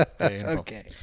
Okay